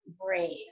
brave